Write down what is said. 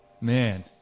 man